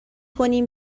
کنیم